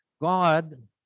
God